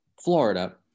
Florida